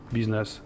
business